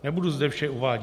Nebudu zde vše uvádět.